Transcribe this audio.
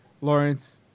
Lawrence